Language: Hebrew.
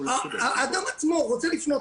האדם עצמו רוצה לפנות,